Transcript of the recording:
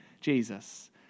Jesus